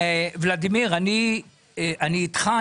ולדימיר, אני אתך.